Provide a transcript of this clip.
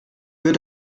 wird